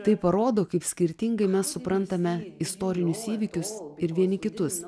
tai parodo kaip skirtingai mes suprantame istorinius įvykius ir vieni kitus